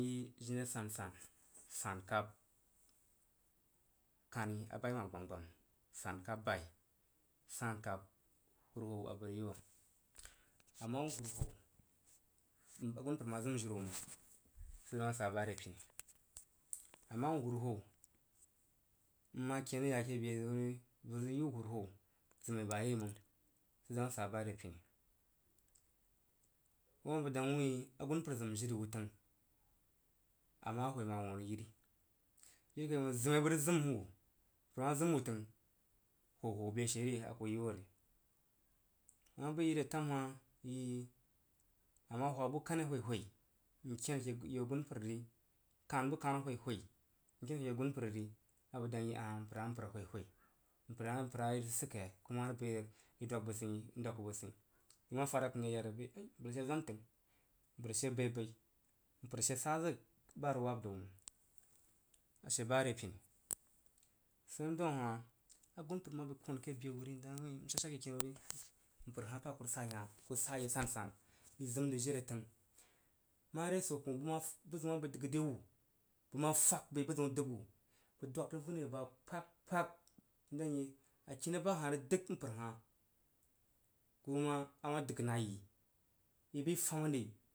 Kuyi jini asan, san kab kani a bai wah gbagbam. San kab bai n san kab hwohwo a bəg rig yi wu. a ma wu mpər agunpər ma zim jiri ulu məng sid daun a sa ba re pini a ma wu huruhwo n ma ken rig ya ke be zəun ri bəg ri yi wu huruhou zim ba yeí məng sid daun a sa ba re pini go ma a bəg dang wain agunpər zim jiri wu fəng ama a hwoi məng a wuh arig yiri. Jiri kaí məng zima bəg rig zim wu bəg ma zim wu təng hwohwo wu be sheri ama bəg yi re tam hah a hwa bu kani a hwo n kan bu kanu a hwohwo nken ake yau agunpər ri abəg dang wuin ah, mpər hah mpər hwoihwoi mpər hah, mpər hah i rig sikkəi ku ma rig bəi rig i dwag bəg tsyein, n dwag ku bəg tsyien. Ku ma fad yakanu n ye rig yarig bəi m! Mpər she zwan təng, mpər she baibai mpər she sa zig ba a rig wa nəu məng mpər she ba re pini. Sid nən daun ahah agunpər ma bəi kon a ke be wurí n shad sher re kini wuri mpər hah sa ku sa yi hah ku sa yí sansan i zim dri jiri a təng mare swo kah bəzəun ma bəi dəg re wu bəg ma fag bəi buzəun dəg wu bəg dwag rig wunri a kpak kpak n dang wuin akini ba hah rig dəg mpər hah goma a hah dəg na yi. I bəi famarī.